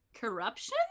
corruption